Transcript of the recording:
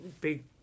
big